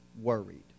worried